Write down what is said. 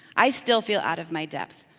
i still feel out of my depth.